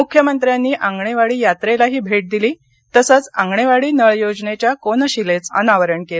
मुख्यमंत्र्यांनी आंगणेवाडी यात्रेलाही भेट दिली तसंच आंगणेवाडी नळ योजनेच्या कोनशिलेच अनावरण केलं